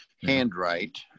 handwrite